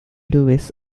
lewis